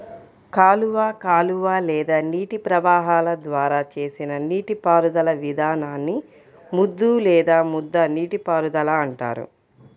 కాలువ కాలువ లేదా నీటి ప్రవాహాల ద్వారా చేసిన నీటిపారుదల విధానాన్ని ముద్దు లేదా ముద్ద నీటిపారుదల అంటారు